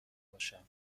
باشم